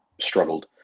struggled